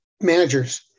managers